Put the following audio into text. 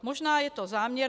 Možná je to záměr.